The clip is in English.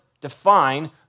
define